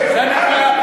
פריג'.